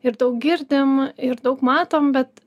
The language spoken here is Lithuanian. ir daug girdim ir daug matom bet